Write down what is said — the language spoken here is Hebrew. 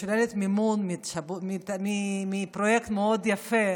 ששולל מימון מפרויקט מאוד יפה